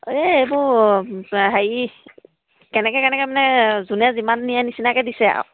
এই এইটো হেৰি কেনেকৈ কেনেকৈ মানে যোনে যিমান নিয়ে নিচিনাকৈ দিছে আৰু